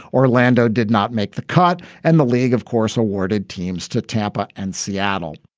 orlando did not make the cut, and the league, of course, awarded teams to tampa and seattle.